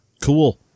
Cool